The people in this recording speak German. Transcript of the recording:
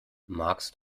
magst